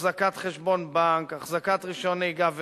החזקת חשבון בנק והחזקת רשיון נהיגה.